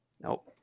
nope